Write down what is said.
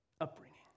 upbringing